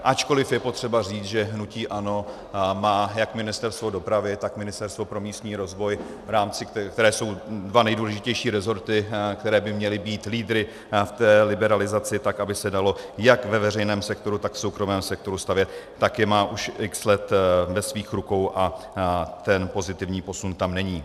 Ačkoli je potřeba říct, že hnutí ANO má jak Ministerstvo dopravy, tak Ministerstvo pro místní rozvoj, které jsou dva nejdůležitější rezorty, které by měly být lídry v té liberalizaci, tak aby se dalo jak ve veřejném sektoru, tak v soukromém sektoru stavět, tak je má už x let ve svých rukou a ten pozitivní posun tam není.